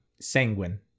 sanguine